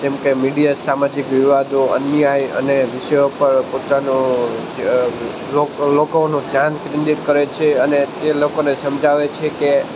જેમકે મીડિયા સામાજિક વિવાદો અન્યાય અને વિષયો પર પોતાનો જે લોક લોકોનો ધ્યાન કેન્દ્રિત કરે છે અને તે લોકોને સમજાવે છે કે